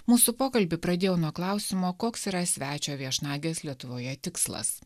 mūsų pokalbį pradėjau nuo klausimo koks yra svečio viešnagės lietuvoje tikslas